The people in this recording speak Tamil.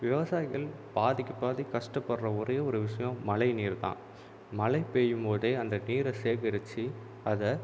விவசாயிகள் பாதிக்கு பாதி கஷ்டப்படுகிற ஒரே ஒரு விஷயம் மழை நீர் தான் மழை பெய்யும் போதே அந்த நீரை சேகரித்து அதை